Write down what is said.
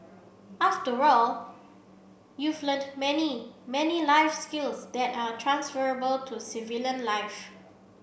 after all you've learnt many many life skills that are transferable to civilian life